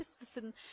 listen